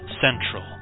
Central